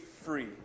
free